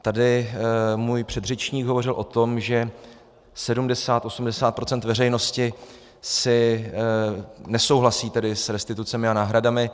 Tady můj předřečník hovořil o tom, že 7080 procent veřejnosti nesouhlasí s restitucemi a náhradami.